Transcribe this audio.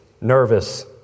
nervous